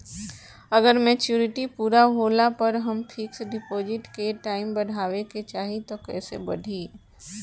अगर मेचूरिटि पूरा होला पर हम फिक्स डिपॉज़िट के टाइम बढ़ावे के चाहिए त कैसे बढ़ी?